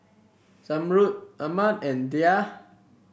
Zamrud Ahmad and Dhia